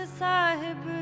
sahib